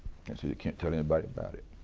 and says you can't tell anybody about it.